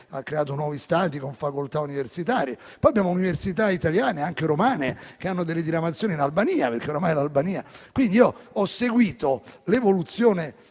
ha creato nuovi Stati, con facoltà universitarie. Poi abbiamo università italiane, anche romane, che hanno delle diramazioni in Albania. Quindi ho seguito l'evoluzione